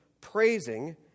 praising